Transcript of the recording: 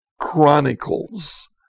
Chronicles